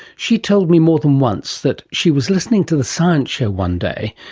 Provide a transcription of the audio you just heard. she told me more than once that she was listening to the science show one day,